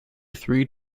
three